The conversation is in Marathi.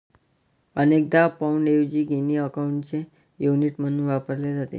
अनेकदा पाउंडऐवजी गिनी अकाउंटचे युनिट म्हणून वापरले जाते